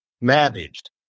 managed